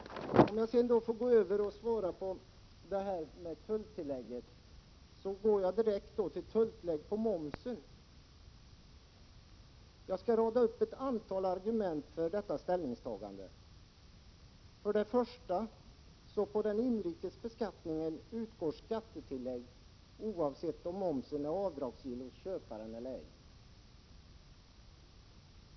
Låt mig så besvara frågan om tulltillägg på momsen. Jag skall rada upp ett — Prot. 1987/88:21 antal argument för vårt ställningstagande. På den inrikes beskattningen utgår 11 november 1987 skattetillägg oavsett om momsen är avdragsgill för köparen eller ej.